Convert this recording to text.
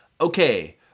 Okay